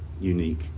unique